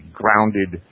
grounded